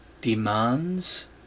demands